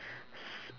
s~